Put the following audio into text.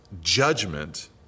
judgment